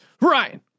Ryan